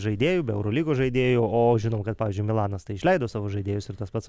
žaidėjų be eurolygos žaidėjų o žinau kad pavyzdžiui milanas tai išleido savo žaidėjus ir tas pats